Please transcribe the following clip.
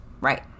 Right